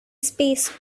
space